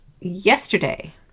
yesterday